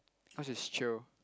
cause she's chio